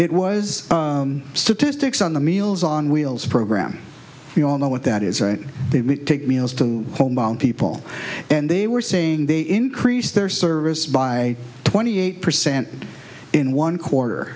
it was statistics on the meals on wheels program we all know what that is right to take meals to homebound people and they were saying they increase their service by twenty eight percent in one quarter